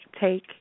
take